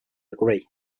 agree